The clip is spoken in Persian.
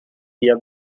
بیا